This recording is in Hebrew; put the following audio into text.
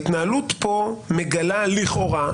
ההתנהלות פה מגלה לכאורה,